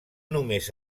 només